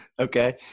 Okay